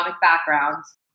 backgrounds